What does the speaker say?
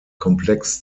komplex